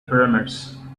pyramids